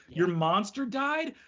your monster died?